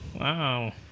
Wow